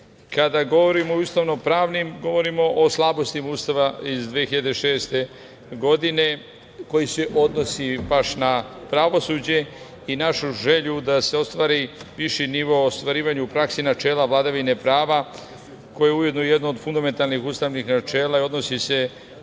govorimo o ustavno-pravnim, govorimo o slabosti Ustava iz 2006. godine, koji se odnosi baš na pravosuđe i našu želju da se ostvari viši nivo ostvarivanja u praksi načela vladavine prava, koje je ujedno jedno od fundamentalnih ustavnih načela i odnosi se